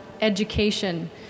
education